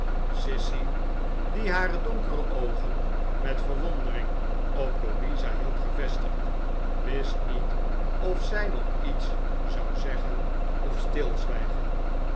sissy die hare donkere oogen met verwondering op louisa hield gevestigd wist niet of zij nog iets zou zeggen of stilzwijgen